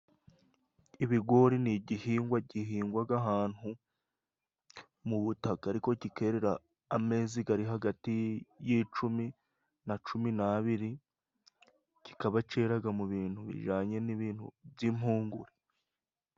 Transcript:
Ibigori ni igihingwa gihingwaga ahantu mu butaka ariko kikerera ameza gari hagati y' icumi, na cumi n'abiri, kikaba ceraga mu bintu bijanye n'ibintu by'impungure.